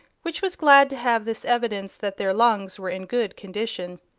which was glad to have this evidence that their lungs were in good condition.